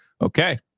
okay